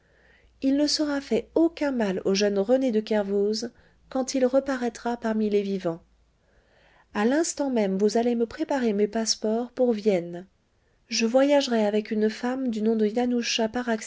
il ne sera fait aucun mal au jeune rené de kervoz quand il reparaîtra parmi les vivants a l'instant même vous allez me préparer mes passeports pour vienne je voyagerai avec une femme du nom de